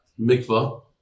Mikvah